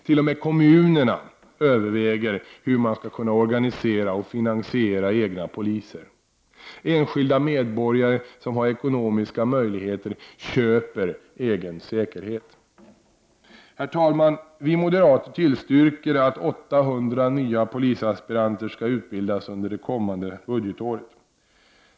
T.o.m. kommunerna överväger hur man skall kunna organisera och finansiera egna poliser. Enskilda medborgare, som har ekonomiska möjligheter, ”köper” egen säkerhet. Herr talman! Vi moderater tillstyrker att 800 nya polisaspiranter skall utbildas under det kommande budgetåret.